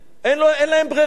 אין להם ברירה.